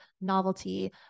novelty